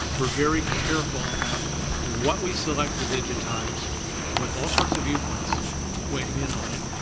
we're very careful about what we select to digitize with all sorts of viewpoints weighing in on it.